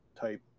type